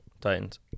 Titans